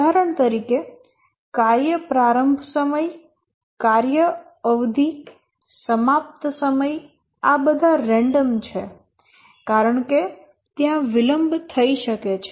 ઉદાહરણ તરીકે કાર્ય પ્રારંભ સમય કાર્ય અવધિ સમાપ્ત સમય આ બધા રેન્ડમ છે કારણ કે ત્યાં વિલંબ થઈ શકે છે